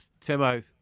Timo